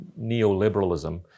neoliberalism